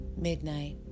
Midnight